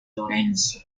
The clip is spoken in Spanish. lorenzo